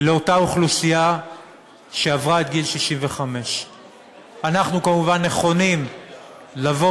לאותה אוכלוסייה שעברה את גיל 65. אנחנו כמובן נכונים לבוא